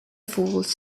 falls